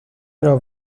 los